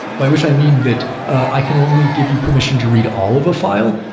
by which i mean, that i can only give you permission to read all of a file,